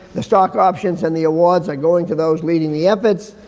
the stock options and the awards are going to those leading the efforts.